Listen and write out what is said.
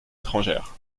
étrangères